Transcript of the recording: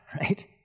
right